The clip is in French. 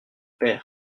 père